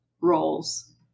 roles